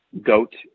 Goat